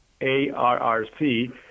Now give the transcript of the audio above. ARRC